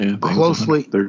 closely